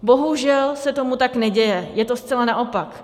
Bohužel se tomu tak neděje, je to zcela naopak.